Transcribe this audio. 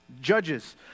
Judges